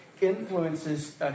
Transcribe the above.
influences